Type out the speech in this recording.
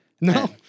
No